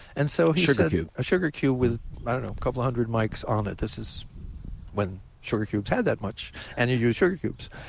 and so a sugar cube. a sugar cube with i don't know a couple hundred mics on it. this is when sugar cubes had that much and you used sugar cubes.